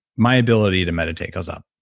my ability to meditate goes up.